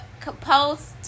post